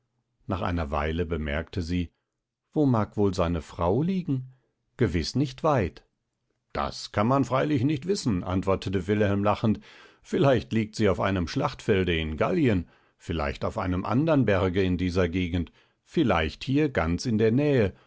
nach einer weile bemerkte sie wo mag wohl seine frau liegen gewiß nicht weit das kann man freilich nicht wissen antwortete wilhelm lachend vielleicht liegt sie auf einem schlachtfelde in gallien vielleicht auf einem andern berge in dieser gegend vielleicht hier ganz in der nähe